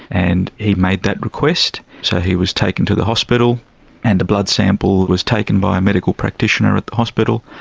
and he made that request, so he was taken to the hospital and a blood sample was taken by a medical practitioner at the hospital.